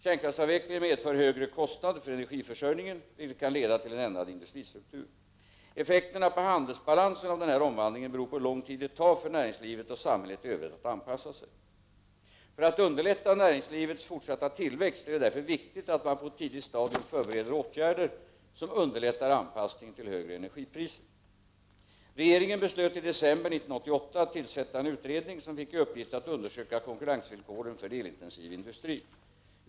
Kärnkraftsavvecklingen medför högre kostnader för energiförsörjningen, vilket kan leda till en ändrad industristruktur. Effekterna på handelsbalansen av denna omvandling beror på hur lång tid det tar för näringslivet och samhället i övrigt att anpassa sig. För att underlätta näringslivets fortsatta tillväxt är det därför viktigt att samhället på ett tidigt stadium förbereder åtgärder, som underlättar anpassningen till högre energipriser. Regeringen beslöt i december 1988 att tillsätta en utredning, som fick i uppgift att undersöka konkurrensvillkoren för elintensiv industri.